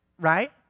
right